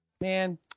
man